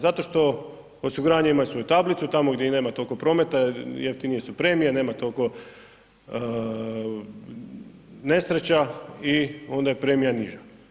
Zato što osiguranja imaju svoju tablicu tamo gdje nema toliko prometa jeftinije su premije, nema toliko nesreća i onda je premija niža.